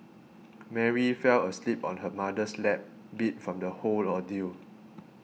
Mary fell asleep on her mother's lap beat from the whole ordeal